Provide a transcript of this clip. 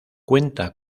cuenta